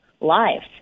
lives